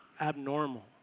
abnormal